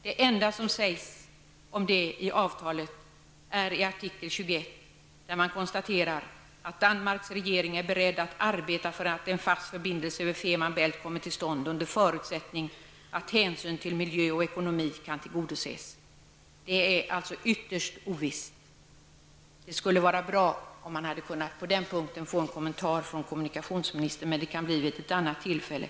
Det enda som sägs om det i avtalet är vad som nämns i artikel 21, nämligen att Danmarks regering är beredd att arbeta för att en fast förbindelse över Femer Bælt kommer till stånd under förutsättning att hänsyn till miljö och ekonomi kan tillgodoses. Det är alltså ytterst ovisst, och det hade varit bra om vi på den punkten hade kunnat få en kommentar från kommunikationsministern. Men det kanske vi kan få vid ett annat tillfälle.